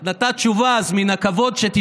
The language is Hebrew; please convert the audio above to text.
את נתת תשובה, אז מן הכבוד שתישארי.